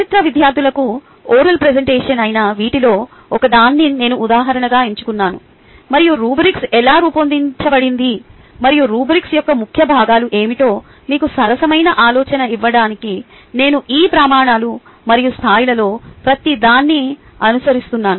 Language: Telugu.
చరిత్ర విద్యార్థులకు ఓరల్ ప్రేసెంటేషన్ అయిన వీటిలో ఒకదాన్ని నేను ఉదాహరణగా ఎంచుకున్నాను మరియు రుబ్రిక్ ఎలా రూపొందించబడింది మరియు రుబ్రిక్ యొక్క ముఖ్య భాగాలు ఏమిటో మీకు సరసమైన ఆలోచన ఇవ్వడానికి నేను ఈ ప్రమాణాలు మరియు స్థాయిలలో ప్రతిదాన్ని అనుసరిస్తున్నాను